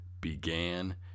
began